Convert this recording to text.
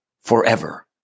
forever